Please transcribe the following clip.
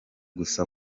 gusa